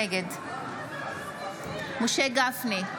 נגד משה גפני,